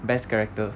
best character